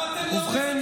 ובכן,